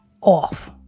off